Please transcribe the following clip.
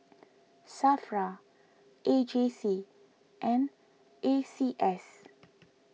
Safra A J C and A C S